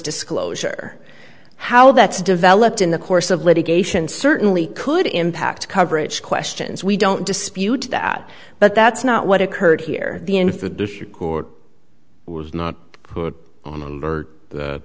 disclosure how that's developed in the course of litigation certainly could impact coverage questions we don't dispute that but that's not what occurred here the